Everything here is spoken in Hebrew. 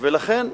לכן,